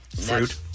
Fruit